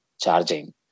charging